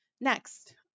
Next